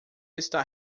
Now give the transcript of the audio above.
está